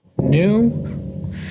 new